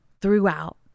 throughout